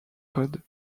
code